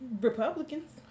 Republicans